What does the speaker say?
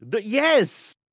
yes